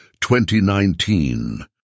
2019